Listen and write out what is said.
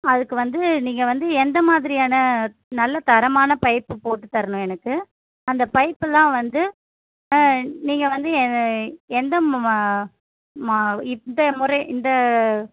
அதுக்கு வந்து நீங்கள் வந்து எந்த மாதிரியான நல்ல தரமான பைப்பு போட்டுத்தரணும் எனக்கு அந்த பைப்பெல்லாம் வந்து நீங்கள் வந்து என்னை எந்த மா மா மா இந்த முறை இந்த